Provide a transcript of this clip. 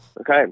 Okay